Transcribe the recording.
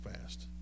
fast